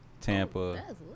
Tampa